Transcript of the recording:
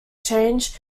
change